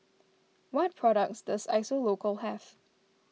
what products does Isocal have